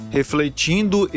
Refletindo